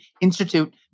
Institute